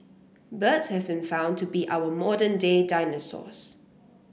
birds have been found to be our modern day dinosaurs